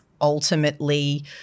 ultimately